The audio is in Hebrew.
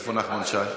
איפה נחמן שי?